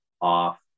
off